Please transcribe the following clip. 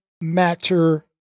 matter